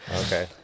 Okay